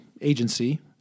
agency